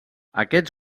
aquests